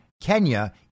Kenya